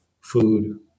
food